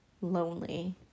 lonely